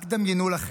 רק דמיינו לכם: